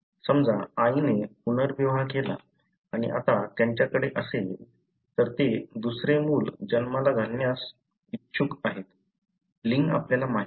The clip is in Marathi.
समजा आईने पुनर्विवाह केला आणि आता त्यांच्याकडे असेल तर ते दुसरे मूल जन्माला घालण्यास इच्छुक आहेत लिंग आपल्याला माहित नाही